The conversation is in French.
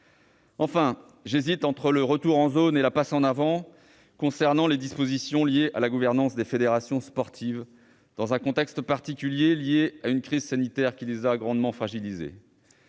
Enfin, j'hésite entre le retour en zone et la passe en avant en ce qui concerne les dispositions liées à la gouvernance des fédérations sportives, dans un contexte particulier, lié à une crise sanitaire qui les a grandement fragilisées.